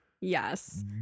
Yes